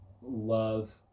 love